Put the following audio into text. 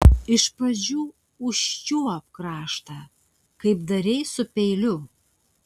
iš pradžių užčiuopk kraštą kaip darei su peiliu